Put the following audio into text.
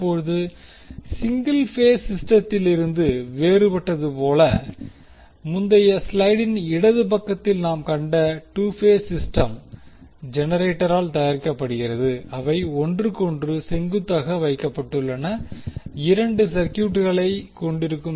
இப்போது single phase சிஸ்டத்திலிருந்து வேறுபட்டது போல முந்தைய ஸ்லைடின் இடது பக்கத்தில் நாம் கண்ட 2 பேஸ் சிஸ்டம் ஜெனரேட்டரால் தயாரிக்கப்படுகிறது அவை ஒன்றுக்கொன்று செங்குத்தாக வைக்கப்பட்டுள்ள 2 சர்க்யூட்களை கொண்டிருக்கும்